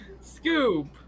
Scoop